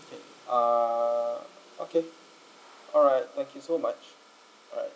okay uh okay alright thank you so much alright